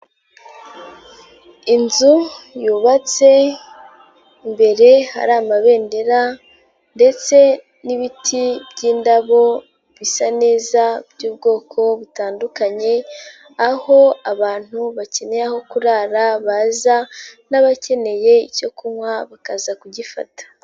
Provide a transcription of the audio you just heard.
Inzu yubatse imbere hari amabendera ndetse n'ibiti by'indabo bisa neza by'ubwoko butandukanye aho abantu bakeneye aho kurara baza n'abakeneye icyo kunywa bakaza kugifata.